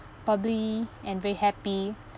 bubbly and very happy